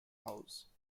house